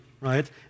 right